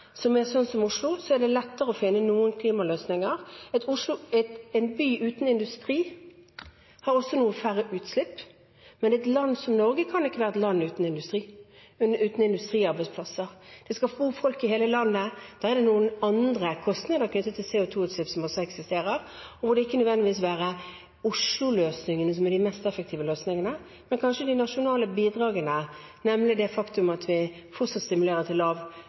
som Oslo, er det lettere å finne noen klimaløsninger. At Oslo er en by uten industri, gir også noen færre utslipp. Men et land som Norge kan ikke være et land uten industri og industriarbeidsplasser. Det skal bo folk i hele landet, og da er det noen andre kostnader knyttet til CO 2 -utslipp som også eksisterer. Da vil det ikke nødvendigvis være Oslo-løsningene som er de mest effektive løsningene, men kanskje de nasjonale bidragene, nemlig det faktum at vi fortsatt stimulerer til